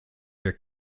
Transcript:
your